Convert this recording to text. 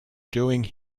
doing